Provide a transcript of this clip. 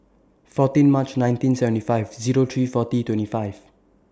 fourteen March nineteen seventy five Zero three forty twenty five